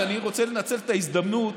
אז אני רוצה לנצל את ההזדמנות